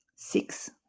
six